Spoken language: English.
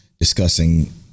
discussing